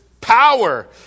power